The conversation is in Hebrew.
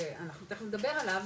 שאנחנו תיכף נדבר עליו,